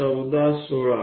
1416